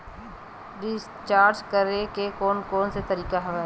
Recharge करे के कोन कोन से तरीका हवय?